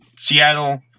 Seattle